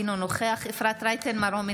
אינו נוכח אפרת רייטן מרום,